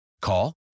Call